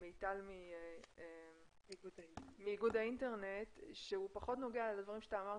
מי-טל מאיגוד האינטרנט שהוא פחות נוגע לדברים שאתה אמרת,